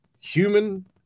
human